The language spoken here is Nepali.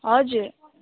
हजुर